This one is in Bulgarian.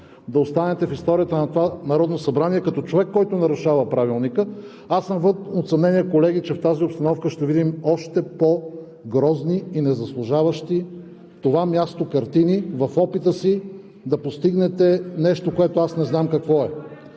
да останете в историята на това Народно събрание като човек, който нарушава Правилника. Аз съм вън от съмнение, колеги, че в тази обстановка ще видим още по-грозни и незаслужаващи това място картини в опита си да постигнете нещо, което аз не знам какво е.